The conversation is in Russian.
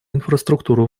инфраструктуру